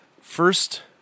first